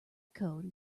code